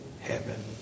heaven